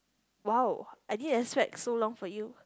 !wow! I didn't expect so long for you